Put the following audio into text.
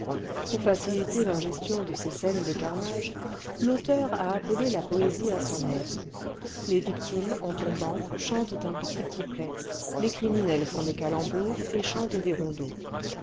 pour faciliter l'ingestion de ces scènes de carnage l'auteur a appelé la poésie à son aide les victimes en tombant chantent un petit couplet les criminels font des calembours et chantent des rondeaux